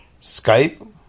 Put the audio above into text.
Skype